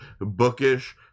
bookish